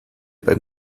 beim